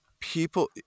people